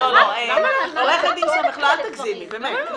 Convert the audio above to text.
עו"ד סומך, אל תגזימי, באמת.